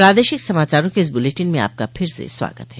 प्रादेशिक समाचारों के इस बुलेटिन में आपका फिर से स्वागत है